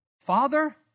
Father